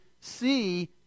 see